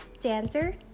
dancer